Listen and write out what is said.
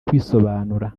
kwisobanura